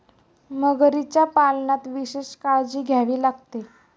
मगरीच्या पालनात विशेष काळजी घ्यावी लागते